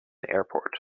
airport